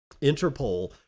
Interpol